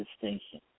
distinction